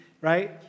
right